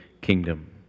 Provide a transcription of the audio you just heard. kingdom